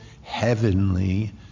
heavenly